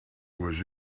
was